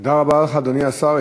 תודה רבה לך, אדוני השר.